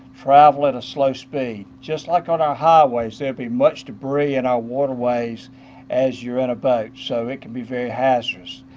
travel at a slow speed. just like on our highways there will be much debris in our waterways as you are in a boat. so it can be very hazardous.